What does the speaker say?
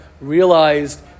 realized